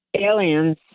aliens